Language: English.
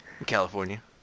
California